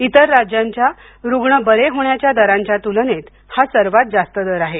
इतर राज्यांच्या रुग्ण बरे होण्याच्या दरांच्या तुलनेत हा सर्वात जास्त दर आहे